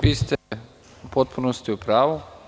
Vi ste u potpunosti u pravu.